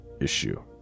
issue